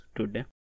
Today